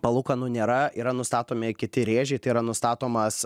palūkanų nėra yra nustatomi kiti rėžiai tai yra nustatomas